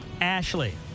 Ashley